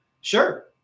Sure